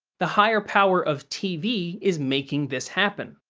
the higher power of tv is making this happen.